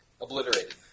Obliterated